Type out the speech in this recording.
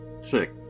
Sick